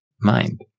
mind